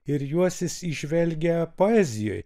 ir juos jis įžvelgia poezijoj